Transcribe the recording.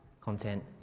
Content